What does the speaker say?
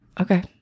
Okay